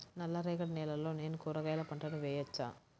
నల్ల రేగడి నేలలో నేను కూరగాయల పంటను వేయచ్చా?